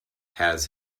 has